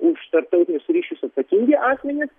už tarptautinius ryšius atsakingi asmenys